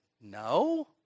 no